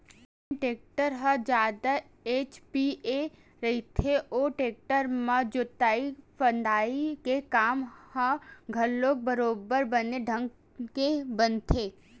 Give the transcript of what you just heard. जेन टेक्टर ह जादा एच.पी के रहिथे ओ टेक्टर म जोतई फंदई के काम ह घलोक बरोबर बने ढंग के बनथे